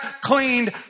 cleaned